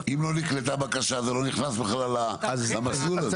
אם לא נקלטה בקשה זה לא נכנס בכלל למסלול הזה.